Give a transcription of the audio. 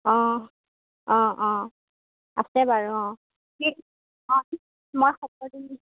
অঁ অঁ অঁ আছে বাৰু অঁ কি